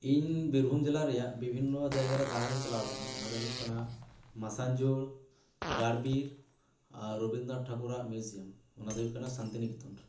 ᱤᱧ ᱵᱤᱨᱵᱷᱩᱢ ᱡᱮᱞᱟ ᱨᱮᱭᱟᱜ ᱵᱤᱵᱷᱤᱱᱱᱚ ᱡᱟᱭᱜᱟ ᱨᱮ ᱫᱟᱬᱟᱱᱤᱧ ᱪᱟᱞᱟᱣ ᱟᱠᱟᱱᱟ ᱚᱱᱟ ᱫᱚ ᱦᱩᱭᱩᱜ ᱠᱟᱱᱟ ᱢᱟᱥᱟᱱ ᱡᱳᱲ ᱜᱟᱲ ᱵᱤᱨ ᱟᱨ ᱨᱚᱵᱤᱱᱫᱽᱨᱚᱱᱟᱛᱷ ᱴᱷᱟᱠᱩᱨᱟᱜ ᱢᱤᱭᱩ ᱡᱤᱭᱟᱢ ᱚᱱᱟ ᱫᱚ ᱦᱩᱭᱩᱜ ᱠᱟᱱᱟ ᱥᱟᱱᱛᱤᱱᱤᱠᱮᱛᱚᱱ